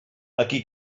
aquí